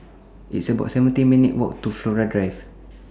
It's about seventeen minutes' Walk to Flora Drive